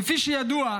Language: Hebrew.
כפי שידוע,